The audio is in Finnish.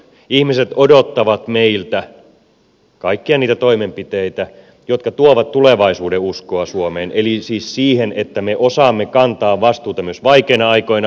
ihmiset odottavat meiltä kaikkia niitä toimenpiteitä jotka tuovat tulevaisuudenuskoa suomeen eli siis siihen että me osaamme kantaa vastuuta myös vaikeina aikoina ja vaikeista asioista